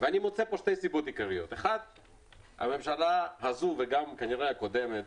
ואני מוצא שתי סיבות עיקריות: הממשלה הזו וגם כנראה הקודמת,